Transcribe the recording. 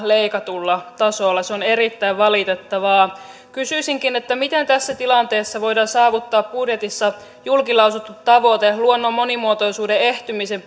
leikatulla tasolla se on erittäin valitettavaa kysyisinkin miten tässä tilanteessa voidaan saavuttaa budjetissa julkilausuttu tavoite luonnon monimuotoisuuden ehtymisen